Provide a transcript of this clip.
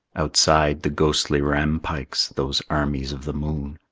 outside, the ghostly rampikes, those armies of the moon,